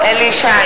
איפה הוא, בושה.